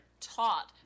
taught